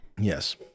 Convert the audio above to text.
Yes